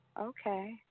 Okay